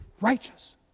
righteous